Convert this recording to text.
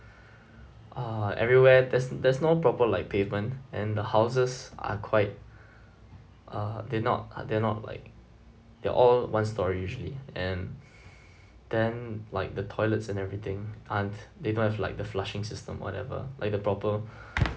uh everywhere there's there's no proper like pavement and the houses are quite uh they're not they're not like they're all one storey usually and then like the toilets and everything aren't they don't have like the flushing system whatever like the proper